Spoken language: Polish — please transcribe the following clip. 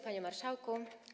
Panie Marszałku!